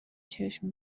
چشم